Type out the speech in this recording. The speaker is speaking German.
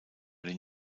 den